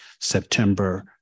September